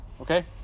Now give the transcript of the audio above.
okay